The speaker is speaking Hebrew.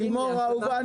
לימור אהובה,